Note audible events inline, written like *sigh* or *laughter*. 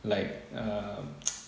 like err *noise*